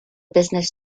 business